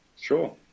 Sure